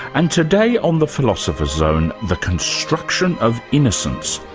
and today on the philosopher's zone the construction of innocence,